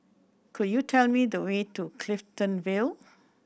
could you tell me the way to Clifton Vale